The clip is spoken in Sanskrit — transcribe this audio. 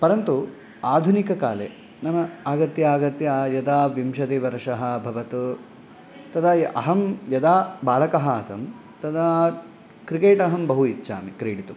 परन्तु आधुनिककाले नाम आगत्य आगत्य यदा विंशतिवर्षः अभवत् तदा अहं यदा बालकः आसं तदा क्रिकेट् अहं बहु इच्छामि क्रीडितुम्